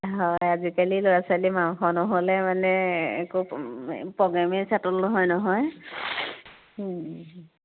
হয় আজিকালি ল'ৰা ছোৱালী মাংস নহ'লে মানে একো প্ৰগ্ৰেমেই চাতল নহয় নহয়